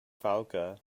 falke